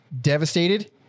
devastated